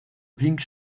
pink